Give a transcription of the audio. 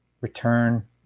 return